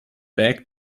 back